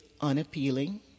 unappealing